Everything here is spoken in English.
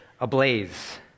ablaze